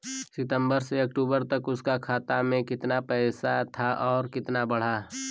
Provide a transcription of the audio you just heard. सितंबर से अक्टूबर तक उसका खाता में कीतना पेसा था और कीतना बड़ा?